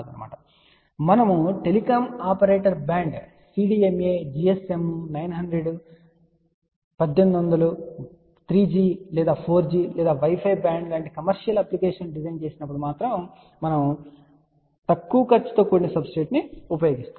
అయితే మనము telecom operator band CDMA GSM 900 1800 3G లేదా 4G లేదా Wi Fi బ్యాండ్ లాంటి కమర్షియల్ అప్లికేషన్స్ కోసం డిజైన్ చేసినప్పుడు సాధారణంగా మనము ఆ ప్రత్యేక సందర్భంలో తక్కువ ఖర్చుతో కూడిన సబ్స్ట్రేట్ ను ఉపయోగిస్తాము